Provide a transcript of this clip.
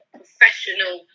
professional